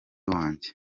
wanjye